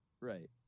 right